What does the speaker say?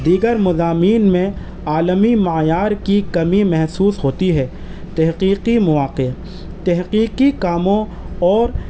دیگر مضامین میں عالمی معیار کی کمی محسوس ہوتی ہے تحقیقی مواقع تحقیقی کاموں اور